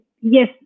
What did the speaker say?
yes